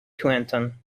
taunton